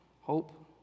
hope